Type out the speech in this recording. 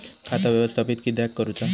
खाता व्यवस्थापित किद्यक करुचा?